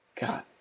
God